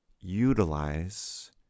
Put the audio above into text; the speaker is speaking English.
utilize